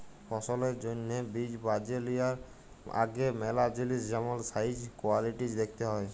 ফসলের জ্যনহে বীজ বাছে লিয়ার আগে ম্যালা জিলিস যেমল সাইজ, কোয়ালিটিজ দ্যাখতে হ্যয়